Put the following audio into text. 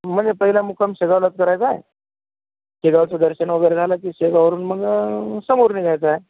म्हणजे पहिला मुक्काम शेगावलाच करायचा आहे शेगावचं दर्शन वगैरे झालं की शेगाववरून मग समोर निघायचं आहे